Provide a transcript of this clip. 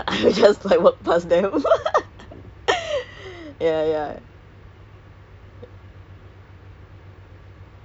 I feel you I feel you okay ah there are also macam there are also perks to wearing masks ah like you don't have to tegur